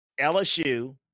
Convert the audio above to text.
LSU